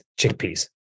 chickpeas